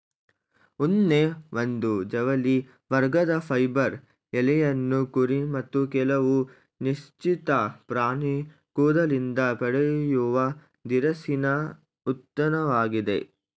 ಉಣ್ಣೆ ಒಂದು ಜವಳಿ ವರ್ಗದ ಫೈಬರ್ ಎಳೆಯನ್ನು ಕುರಿ ಮತ್ತು ಕೆಲವು ನಿಶ್ಚಿತ ಪ್ರಾಣಿ ಕೂದಲಿಂದ ಪಡೆಯುವ ದಿರಸಿನ ಉತ್ಪನ್ನವಾಗಿದೆ